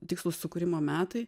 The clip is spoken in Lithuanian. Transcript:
tikslūs sukūrimo metai